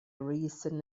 reason